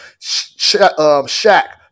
Shaq